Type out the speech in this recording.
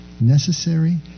Necessary